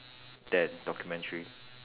than documentary